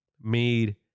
made